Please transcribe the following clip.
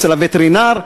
אצל הווטרינר,